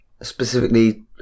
specifically